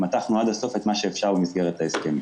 מתחנו עד הסוף את מה שאפשר במסגרת ההסכמים.